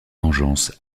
vengeance